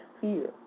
fear